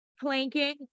planking